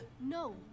No